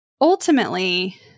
Ultimately